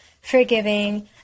forgiving